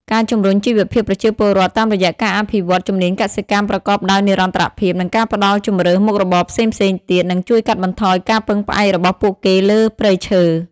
ការជំរុញជីវភាពប្រជាពលរដ្ឋ តាមរយៈការអភិវឌ្ឍជំនាញកសិកម្មប្រកបដោយនិរន្តរភាព និងការផ្តល់ជម្រើសមុខរបរផ្សេងៗទៀត នឹងជួយកាត់បន្ថយការពឹងផ្អែករបស់ពួកគេលើព្រៃឈើ។